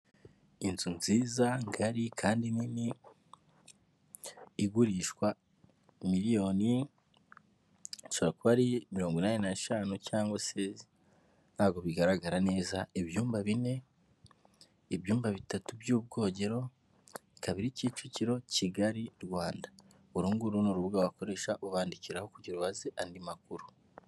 Inzu nziza ngari kandi nini igurishwa miliyoniri bishobora kuba ari mirongo inani n'eshanu cyangwa se ntago bigaragara neza, ibyumba bine, ibyumba bitatu by'ubwogero ikaba iri Kicukiro Kigali Rwanda. Ururunguru ni urubuga wakoresha ubandandikiraho kugira ubaze andi makuru.